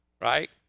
right